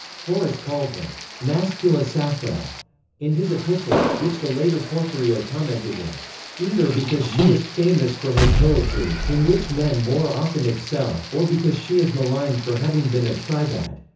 horace called her mascula sappho in his epistles, which the later porphyrio commented was either because she is famous for her poetry, in which men more often excel, or because she is maligned for having been a tribad.